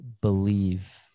believe